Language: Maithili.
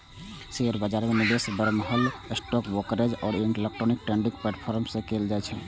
शेयर बाजार मे निवेश बरमहल स्टॉक ब्रोकरेज आ इलेक्ट्रॉनिक ट्रेडिंग प्लेटफॉर्म सं कैल जाइ छै